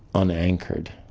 unanchored.